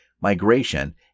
migration